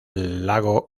lago